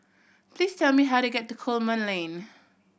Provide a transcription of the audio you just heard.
please tell me how to get to Coleman Lane